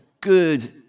good